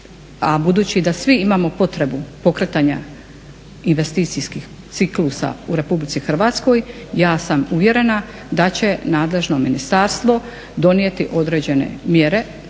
budući da svi imamo potrebu pokretanja investicijskih ciklusa u Republici Hrvatskoj ja sam uvjerena da će nadležno ministarstvo donijeti određene mjere